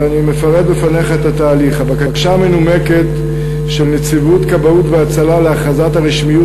להלן התהליך: הבקשה המנומקת של נציבות כבאות והצלה להכרזת הרשמיות